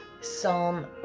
Psalm